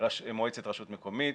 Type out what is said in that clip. מועצת רשות מקומית.